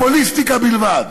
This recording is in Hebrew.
פופוליסטיקה בלבד.